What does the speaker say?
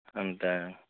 ଏମ୍ତା